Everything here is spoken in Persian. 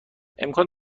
امکان